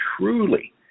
truly